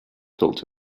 told